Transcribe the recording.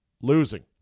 losing